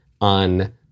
on